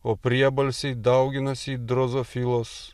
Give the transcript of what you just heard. o priebalsiai dauginasi it drozofilos